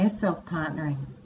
self-partnering